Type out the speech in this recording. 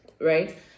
right